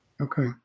Okay